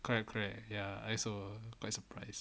correct correct ya I also quite surprised